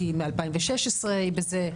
כי מ-2016 היא בזה,